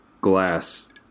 glass